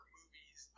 movies